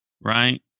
right